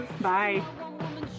Bye